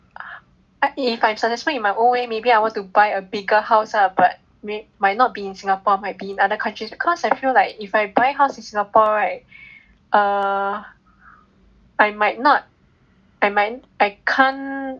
if I am successful in my own way maybe I want to buy a bigger house lah but may might not be in Singapore might be in other countries because I feel like if I buy house in Singapore right err I might not I might not I can't